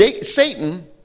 Satan